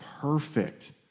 perfect